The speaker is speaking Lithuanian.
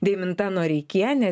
deiminta noreikienė